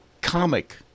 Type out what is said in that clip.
comic